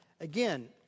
again